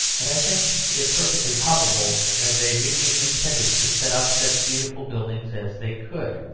but i think it perfectly probable that they really intended to set up such beautiful buildings as they could.